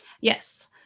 Yes